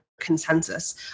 consensus